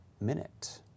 Minute